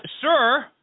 Sir